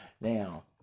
now